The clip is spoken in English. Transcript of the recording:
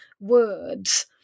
words